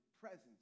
presence